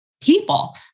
people